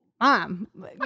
mom